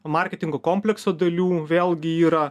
marketingo komplekso dalių vėlgi yra